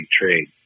trade